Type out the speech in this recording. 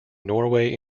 norway